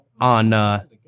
on